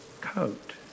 coat